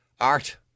art